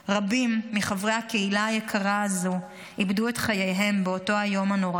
רבים מחברי הקהילה היקרה הזו איבדו את חייהם באותו היום הנורא.